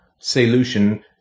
solution